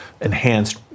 enhanced